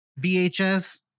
VHS